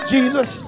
Jesus